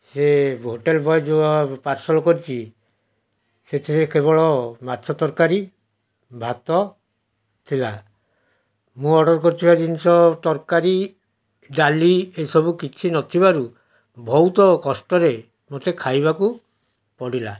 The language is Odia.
ଏ ହୋଟେଲ ବୟ ଯେଉଁ ପାର୍ସଲ କରିଛି ସେଥିରେ କେବଳ ମାଛ ତରକାରୀ ଭାତ ଥିଲା ମୁଁ ଅର୍ଡ଼ର କରିଥିବା ଜିନିଷ ତରକାରୀ ଡାଲି ଏସବୁ କିଛି ନ ଥିବାରୁ ବହୁତ କଷ୍ଟରେ ମୋତେ ଖାଇବାକୁ ପଡ଼ିଲା